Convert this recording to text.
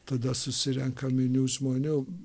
tada susirenka minios žmonių